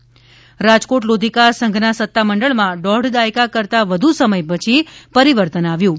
લોધિકા રાજકોટ લોધીકા સંઘના સત્તા મંડળમાં દોઢ દાયકા કરતાં વધુ સમય પછી પરિવર્તન આવ્યું છે